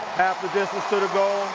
half the distance to the goal,